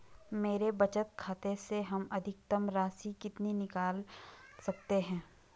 मेरे बचत खाते से हम अधिकतम राशि कितनी निकाल सकते हैं?